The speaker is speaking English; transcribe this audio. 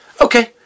Okay